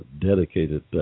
dedicated